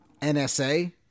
NSA